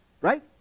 right